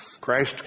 Christ